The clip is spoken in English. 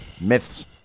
Myths